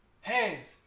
Hands